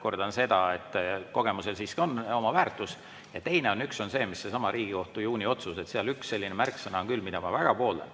kordan seda, et kogemusel on oma väärtus. Teiseks, üks asi on seesama Riigikohtu juuni otsus, seal üks selline märksõna on küll, mida ma väga pooldan: